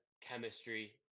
chemistry